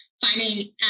finding